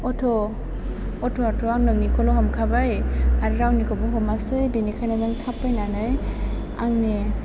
अथ'आथ' आं नोंनिखौल' हमखाबाय आरो रावनिखौबो हमासै बिनिखायनो नों थाब फैनानै आंनि